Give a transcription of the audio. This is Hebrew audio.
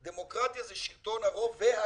דמוקרטיה זה לא שלטון הרוב, נקודה.